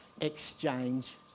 exchange